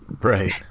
right